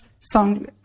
song